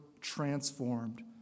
transformed